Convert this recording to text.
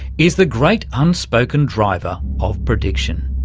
is the great unspoken driver of prediction.